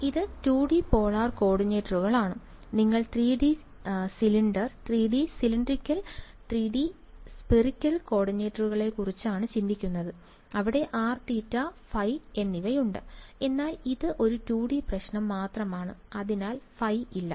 ഇത് 2D polar കോർഡിനേറ്റുകളാണ് നിങ്ങൾ 3D സിലിണ്ടർ 3D സിലിണ്ടറിക്കൽ 3D സ്ഫീയറിക്കൽ കോർഡിനേറ്റുകളെക്കുറിച്ചാണ് ചിന്തിക്കുന്നത് അവിടെ r θ ϕ എന്നിവയുണ്ട് എന്നാൽ ഇത് ഒരു 2 D പ്രശ്നം മാത്രമാണ് അതിനാൽ phi ഇല്ല